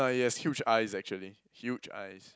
uh he has huge eyes actually huge eyes